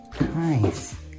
Nice